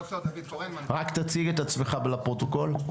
רק תציג את עצמך לפרוטוקול.